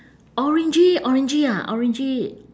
orangey orangey ah orangey